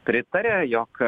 pritaria jog